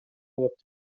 болот